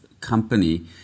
Company